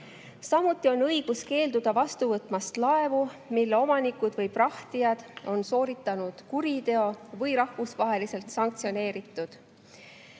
Samuti on õigus keelduda vastu võtmast laevu, mille omanikud või prahtijad on sooritanud kuriteo või on rahvusvaheliselt sanktsioneeritud.